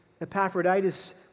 Epaphroditus